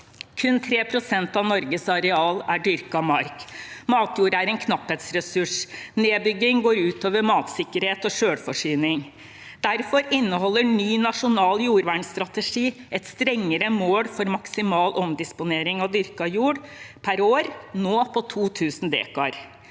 Kun 3 pst. av Norges areal er dyrket mark. Matjord er en knapphetsressurs. Nedbygging går ut over matsikkerhet og selvforsyning. Derfor inneholder den nye nasjonale jordvernstrategien et strengere mål for maksimal omdisponering av dyrket jord per år, nå på 2 000 dekar.